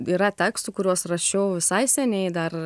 yra tekstų kuriuos rašiau visai seniai dar